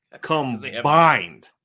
Combined